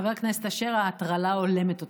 חבר הכנסת אשר, ההטרלה הולמת אותך.